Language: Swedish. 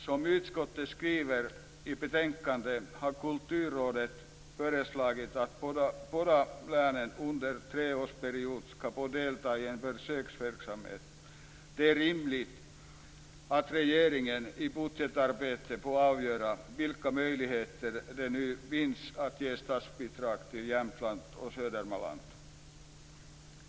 Som utskottet skriver i betänkandet har Kulturrådet föreslagit att de båda länen under en treårsperiod skall få delta i en försöksverksamhet. Det är rimligt att regeringen i budgetarbetet får avgöra vilka möjligheter det nu finns att ge statsbidrag till Jämtland och Södermanland.